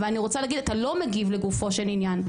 אבל אני רוצה להגיד אתה לא מגיב לגופו של עניין.